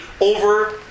over